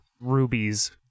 rubies